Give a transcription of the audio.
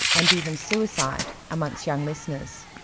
and even suicide amongst young listeners.